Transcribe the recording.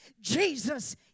Jesus